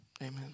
Amen